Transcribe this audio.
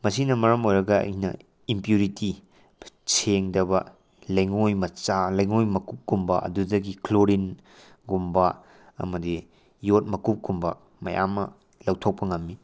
ꯃꯁꯤꯅ ꯃꯔꯝ ꯑꯣꯏꯔꯒ ꯑꯩꯅ ꯏꯝꯄ꯭ꯌꯨꯔꯤꯇꯤ ꯁꯦꯡꯗꯕ ꯂꯩꯉꯣꯏ ꯃꯆꯥ ꯂꯩꯉꯣꯏ ꯃꯀꯨꯞꯀꯨꯝꯕ ꯑꯗꯨꯗꯒꯤ ꯀ꯭ꯂꯣꯔꯤꯟꯒꯨꯝꯕ ꯑꯃꯗꯤ ꯌꯣꯠ ꯃꯀꯨꯞꯀꯨꯝꯕ ꯃꯌꯥꯝ ꯑꯃ ꯂꯧꯊꯣꯛꯄ ꯉꯝꯃꯤ